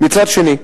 מצד שני,